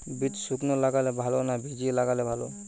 বীজ শুকনো লাগালে ভালো না ভিজিয়ে লাগালে ভালো?